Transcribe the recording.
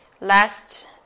last